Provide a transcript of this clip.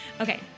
Okay